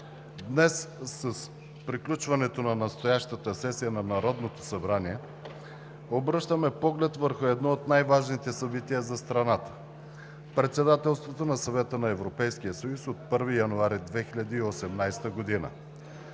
Днес, с приключването на настоящата сесия на Народно събрание, обръщаме поглед върху едно от най-важните събития за страната – Председателството на Съвета на Европейския съюз от 1 януари 2018 г.